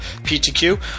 PTQ